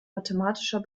mathematischer